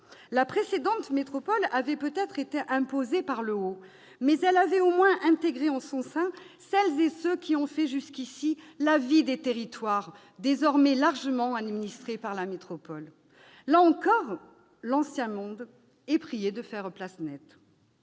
La précédente métropole avait peut-être été imposée par le haut, mais elle avait du moins intégré en son sein celles et ceux qui ont fait jusqu'ici la vie des territoires, désormais largement administrés par la métropole. Là encore, l'« ancien monde » est prié de faire place nette.